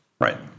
Right